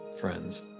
friends